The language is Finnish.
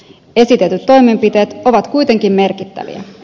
esitetyt toimenpiteet ovat kuitenkin merkittäviä